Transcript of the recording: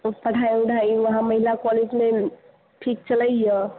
ओ पढ़ाइ ओढ़ाइ वहाँ महिला कॉलेजमे ठीक चलैए